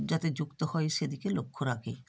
যাতে যুক্ত হয় সেদিকে লক্ষ্য রাখে